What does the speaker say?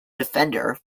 defender